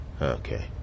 okay